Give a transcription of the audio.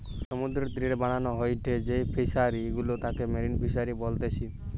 সমুদ্রের তীরে বানানো হয়ঢু যেই ফিশারি গুলা তাকে মেরিন ফিসারী বলতিচ্ছে